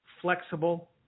flexible